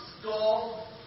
skull